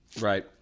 Right